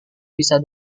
bisa